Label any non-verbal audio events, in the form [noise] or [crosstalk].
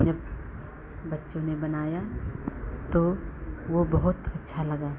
[unintelligible] बच्चों ने बनाया तो वह बहुत अच्छा लगा